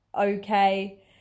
okay